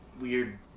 weird